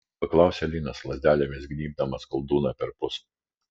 paklausė linas lazdelėmis gnybdamas koldūną perpus